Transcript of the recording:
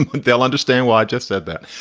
they'll understand why i just said that.